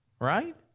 right